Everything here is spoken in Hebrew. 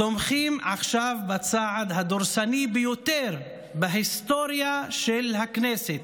"תומכים עכשיו בצעד הדורסני ביותר בהיסטוריה של הכנסת: